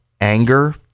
anger